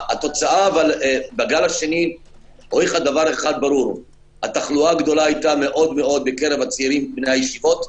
התוצאה - בגל השני - התחלואה הגדולה היתה בקרב הצעירים בני הישיבות,